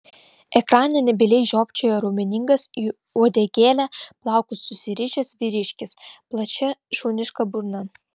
ekrane nebyliai žiopčiojo raumeningas į uodegėlę plaukus susirišęs vyriškis plačia šuniška burna